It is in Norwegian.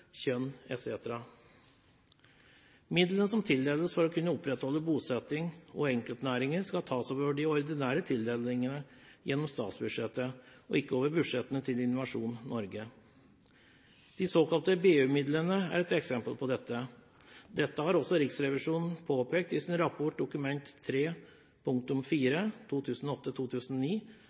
kjønn etc. Midler som tildeles for å kunne opprettholde bosetting og enkeltnæringer, skal tas over de ordinære tildelingene gjennom statsbudsjettet, og ikke over budsjettene til Innovasjon Norge. De såkalte BU-midlene er et eksempel på dette. Dette har også Riksrevisjonen påpekt i sin rapport Dokument